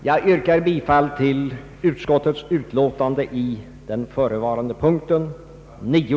Jag yrkar bifall till utskottets utlåtande i den förevarande punkten 9.